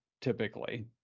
typically